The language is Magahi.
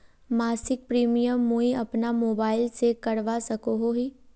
मासिक प्रीमियम मुई अपना मोबाईल से करवा सकोहो ही?